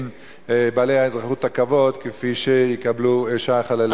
בעלי אזרחות הכבוד כפי שיקבלו שאר החללים?